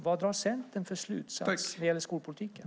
Vad drar Centern för slutsats när det gäller skolpolitiken?